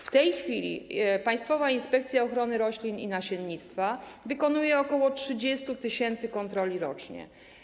W tej chwili Państwowa Inspekcja Ochrony Roślin i Nasiennictwa wykonuje ok. 30 tys. kontroli rocznie.